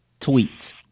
tweets